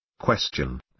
Question